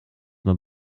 man